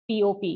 POP